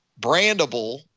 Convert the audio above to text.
brandable